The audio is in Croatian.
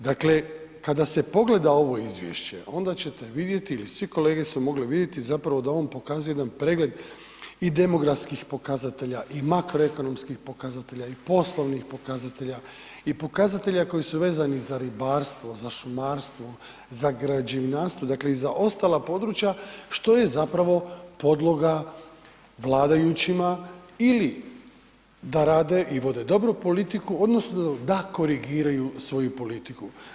Dakle, kada se pogleda ovo Izvješće, onda će te vidjeti, ili svi kolege su mogli vidjeti zapravo da on pokazuje jedan pregled i demografskih pokazatelja, i makroekonomskih pokazatelja, i poslovnih pokazatelja, i pokazatelja koji su vezani za ribarstvo, za šumarstvo, za građevinarstvo, dakle i za ostala područja što je zapravo podloga vladajućima ili da rade i vode dobru politiku odnosno da korigiraju svoju politiku.